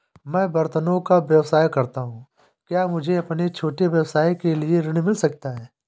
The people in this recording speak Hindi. मैं बर्तनों का व्यवसाय करता हूँ क्या मुझे अपने छोटे व्यवसाय के लिए ऋण मिल सकता है?